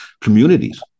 communities